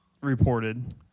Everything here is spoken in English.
reported